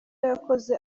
yakoze